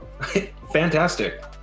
Fantastic